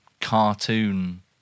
cartoon